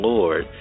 Lord